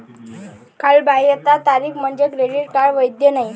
कालबाह्यता तारीख म्हणजे क्रेडिट कार्ड वैध नाही